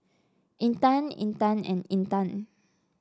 Intan Intan and Intan